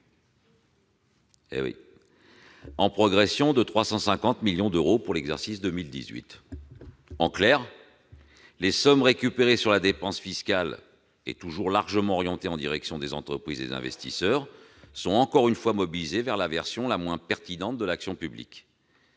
en progression de 350 millions d'euros pour l'exercice 2018 ! En clair, les sommes récupérées sur la dépense fiscale, toujours largement orientées en direction des entreprises et des investisseurs, sont encore une fois mobilisées pour la version la moins pertinente de l'action publique.